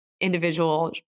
individual